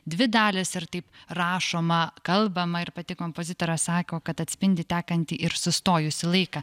dvi dalys ir taip rašoma kalbama ir pati kompozitorė sako kad atspindi tekantį ir sustojusį laiką